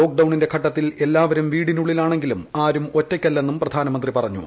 ലോക്ക്ഡൌണിന്റെ ഘട്ടത്തിൽ എല്ലാവരും വീട്ടിനുള്ളിലാണെങ്കിലും ആരും ഒറ്റയ്ക്കല്ലെന്നും പ്രധാനമന്ത്രി പറഞ്ഞു